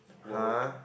!huh!